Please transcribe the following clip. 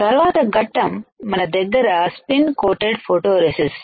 తర్వాత ఘటము మన దగ్గర స్స్పీన్డ్ కోటెడ్ఫోటో రెసిస్ట్